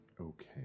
Okay